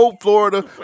Florida